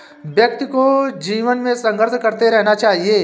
व्यक्ति को जीवन में संघर्ष करते रहना चाहिए